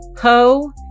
Ho